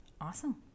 Awesome